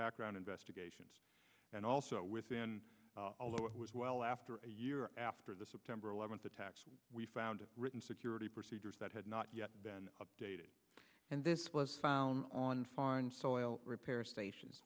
background investigations and also within a low it was well after a year after the september eleventh attacks we found written security procedures that had not yet been updated and this was found on foreign soil repair stations